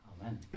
Amen